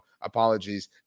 Apologies